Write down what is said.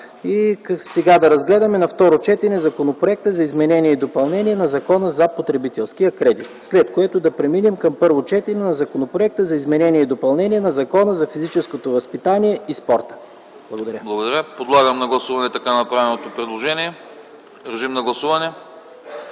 Сега да разгледаме на второ четене Законопроекта за изменение и допълнение на Закона за потребителския кредит, след което да преминем към първо четене на Законопроекта за изменение и допълнение на Закона за физическото възпитание и спорта. Благодаря. ПРЕДСЕДАТЕЛ АНАСТАС АНАСТАСОВ: Благодаря. Подлагам на гласуване